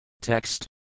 TEXT